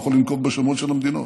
אני לא יכול לנקוב בשמות של המדינות